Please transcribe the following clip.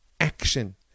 action